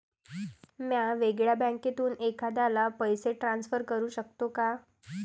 म्या वेगळ्या बँकेतून एखाद्याला पैसे ट्रान्सफर करू शकतो का?